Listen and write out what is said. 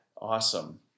Awesome